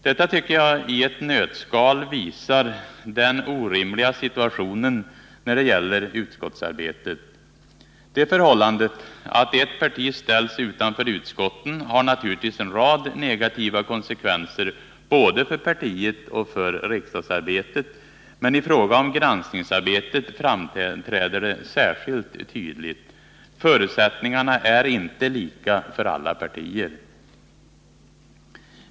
Detta tycker jag i ett nötskal visar den orimliga situationen när det gäller utskottsarbetet. Det förhållandet att ett parti ställts utanför utskotten har naturligtvis en rad negativa konsekvenser, både för partiet och för riksdagsarbetet, men i fråga om granskningsarbetet framträder det särskilt tydligt. Förutsättningarna är inte lika för alla partier.